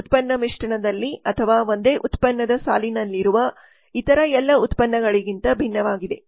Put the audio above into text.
ಇದು ಉತ್ಪನ್ನ ಮಿಶ್ರಣದಲ್ಲಿ ಅಥವಾ ಒಂದೇ ಉತ್ಪನ್ನದ ಸಾಲಿನಲ್ಲಿರುವ ಇತರ ಎಲ್ಲ ಉತ್ಪನ್ನಗಳಿಗಿಂತ ಭಿನ್ನವಾಗಿದೆ